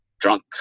drunk